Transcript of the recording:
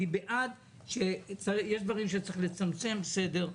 יש דברים שצריך לצמצם, בסדר,